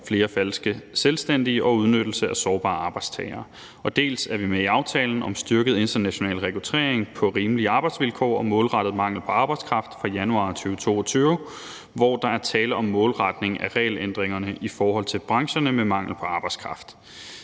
flere falske selvstændige og udnyttelse af sårbare arbejdstagere, dels er vi med i aftalen »Styrket international rekruttering på rimelige arbejdsvilkår og målrettet mangel på arbejdskraft« fra januar 2022, hvor der er tale om målretning af regelændringerne i forhold til brancherne med mangel på arbejdskraft.